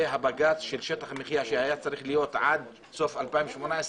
שהבג"צ של שטח מחיה שהיה צריך להיות עד סוף 2018,